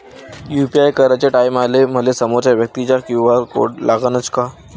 UPI कराच्या टायमाले मले समोरच्या व्यक्तीचा क्यू.आर कोड लागनच का?